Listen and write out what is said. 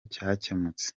cyakemutse